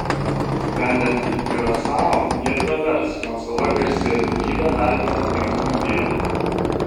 skrendant į kiurasao jie pravers mat sala garsėja daugybe nardyti tinkamų vietų